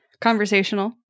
conversational